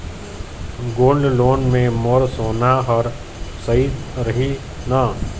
Gold loan मे मोर सोना हा सइत रही न?